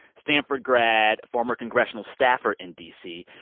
stanford grad, former congressional staffer in d c,